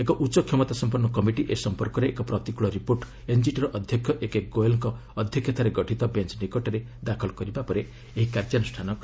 ଏକ ଉଚ୍ଚ କ୍ଷମତାସମ୍ପନ୍ନ କମିଟି ଏ ସମ୍ପର୍କରେ ଏକ ପ୍ରତିକୃଳ ରିପୋର୍ଟ ଏନ୍ଜିଟିର ଅଧ୍ୟକ୍ଷ ଏକେ ଗୋୟଲଙ୍କ ଅଧ୍ୟକ୍ଷତାରେ ଗଠିତ ବେଞ୍ଚ ନିକଟରେ ଦାଖଲ କରିବା ପରେ ଏହି କାର୍ଯ୍ୟାନୁଷ୍ଠାନ ନିଆଯାଇଛି